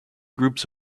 groups